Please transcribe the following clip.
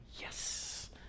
yes